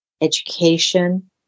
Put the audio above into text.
education